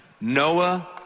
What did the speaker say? Noah